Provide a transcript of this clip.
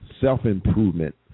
self-improvement